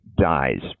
dies